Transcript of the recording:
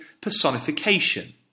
personification